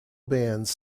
bands